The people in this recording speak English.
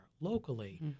locally